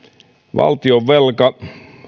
valtionvelka